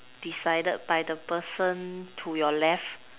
decided by the person to your left